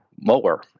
mower